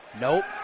Nope